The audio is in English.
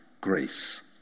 grace